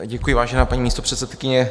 Děkuji, vážená paní místopředsedkyně.